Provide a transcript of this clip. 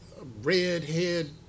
redhead